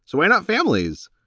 so why not families?